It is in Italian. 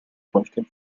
qualche